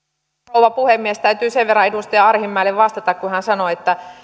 rouva puhemies täytyy sen verran edustaja arhinmäelle vastata kun hän sanoi että